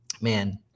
man